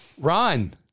Ron